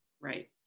Right